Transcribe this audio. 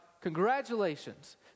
congratulations